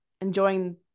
enjoying